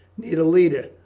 need a leader,